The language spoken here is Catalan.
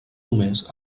només